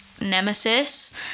nemesis